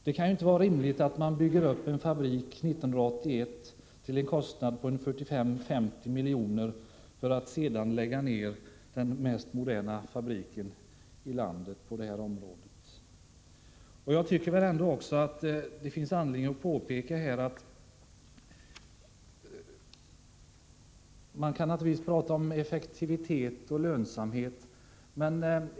Det kan inte vara rimligt att man 1981 bygger — Nr 9 en fabrik till en kostnad av 45-50 miljoner för att sedan lägga ned den mest Man kan naturligtvis prata om effektivitet och lönsamhet, men det finns anledning att här göra ett par påpekanden.